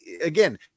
again